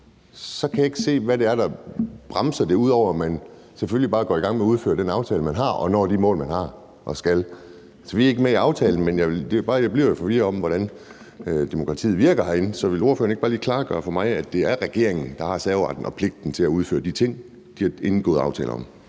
kan jeg ikke se, hvad det er, der bremser det, og hvorfor man ikke bare går i gang med at føre den aftale, man har, ud i livet, og når de mål, man har og skal nå. Altså, vi er ikke med i aftalen, men jeg bliver lidt forvirret over, hvordan demokratiet virker herinde, så vil ordføreren ikke bare lige klargøre for mig, at det er regeringen, der har serveretten og pligten til at udføre de ting, de har indgået aftaler om?